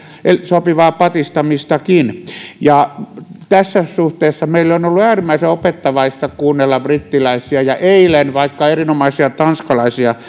sopivaa patistamistakin tässä suhteessa meille on on ollut äärimmäisen opettavaista kuunnella brittiläisiä ja vaikkapa eilen erinomaisia tanskalaisia